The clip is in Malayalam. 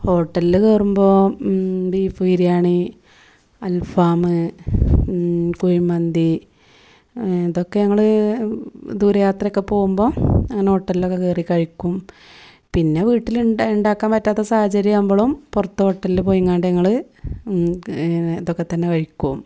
ഹോട്ടലിൽ കയറുമ്പോൾ ബീഫ് ബിരിയാണി അൽഫാം കുഴിമന്തി ഇതൊക്കെ ഞങ്ങൾ ദൂര യാത്രയൊക്കെ പോകുമ്പോൾ അങ്ങനെ ഹോട്ടലിലൊക്കെ കയറി കഴിക്കും പിന്നെ വീട്ടിൽ ഉണ്ടാക്കാൻ പറ്റാത്ത സാഹചര്യമാകുമ്പോഴും പുറത്ത് ഹോട്ടലിൽ പോയിങ്ങാണ്ട് ഞങ്ങൾ ഇങ്ങനെ ഇതൊക്കെ തന്നെ കഴിക്കും